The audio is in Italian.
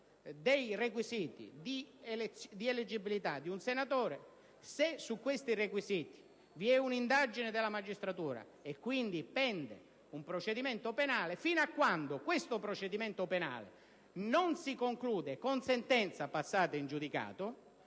dei requisiti di eleggibilità di un senatore, se su questi requisiti vi è un'indagine della magistratura e quindi pende un procedimento penale, fino a quando questo procedimento penale non si conclude con sentenza passata in giudicato,